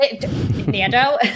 Nando